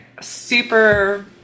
super